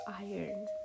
iron